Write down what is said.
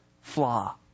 flaw